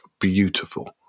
beautiful